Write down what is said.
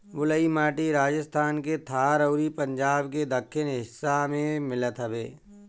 बलुई माटी राजस्थान के थार अउरी पंजाब के दक्खिन हिस्सा में मिलत हवे